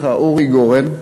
גורן,